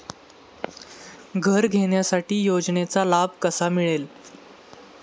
घर घेण्यासाठी योजनेचा लाभ कसा मिळेल?